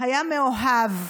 היה מאוהב,